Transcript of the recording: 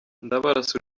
ndabarasa